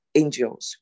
angels